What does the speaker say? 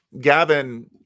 Gavin